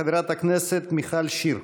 חברת הכנסת מיכל שיר.